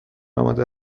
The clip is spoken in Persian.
آماده